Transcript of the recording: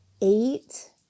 eight